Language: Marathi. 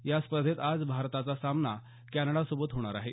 या स्पर्धेत आज भारताचा सामना कॅनडासोबत होणार आहे